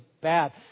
bad